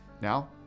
Now